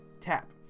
tap